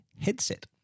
headset